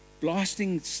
blasting